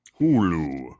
Hulu